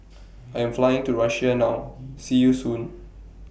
I Am Flying to Russia now See YOU Soon